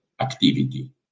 activity